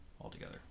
altogether